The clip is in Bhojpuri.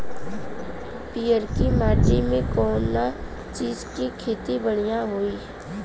पियरकी माटी मे कउना चीज़ के खेती बढ़ियां होई?